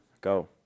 Go